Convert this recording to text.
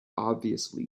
obviously